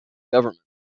government